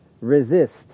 resist